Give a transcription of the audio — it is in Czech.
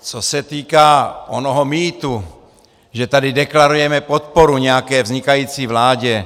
Co se týká onoho mýtu, že tady deklarujeme podporu nějaké vznikající vládě.